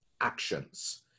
actions